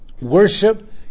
worship